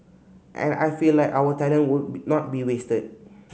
and I feel like our talent would be not be wasted